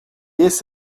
esse